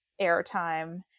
airtime